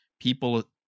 people